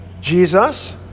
Jesus